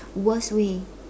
worst way